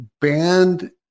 banned